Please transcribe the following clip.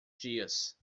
dias